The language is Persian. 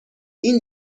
این